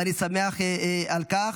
ואני שמח על כך.